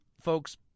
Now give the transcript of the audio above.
folks